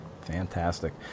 Fantastic